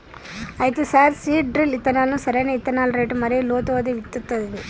అయితే sir seed drill ఇత్తనాలను సరైన ఇత్తనాల రేటు మరియు లోతు వద్ద విత్తుతుంది